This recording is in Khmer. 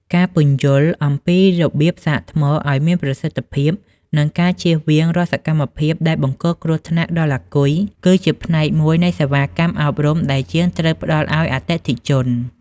ការពន្យល់អំពីរបៀបសាកថ្មឱ្យមានប្រសិទ្ធភាព និងការចៀសវាងរាល់សកម្មភាពដែលបង្កគ្រោះថ្នាក់ដល់អាគុយ គឺជាផ្នែកមួយនៃសេវាកម្មអប់រំដែលជាងត្រូវផ្តល់ឱ្យអតិថិជន។